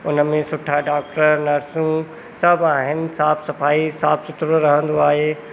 उन में सुठा डॉक्टर नर्सूं सभु आहिनि साफ़ु सफ़ाई साफ़ु सुथरो रहंदो आहे